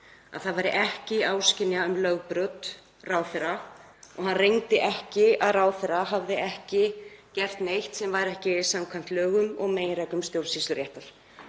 að hann hefði ekki orðið áskynja um lögbrot ráðherra og hann rengdi ekki að ráðherra hefði ekki gert neitt sem væri ekki samkvæmt lögum og meginreglum stjórnsýsluréttar.